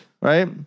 right